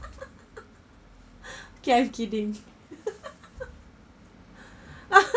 okay I'm kidding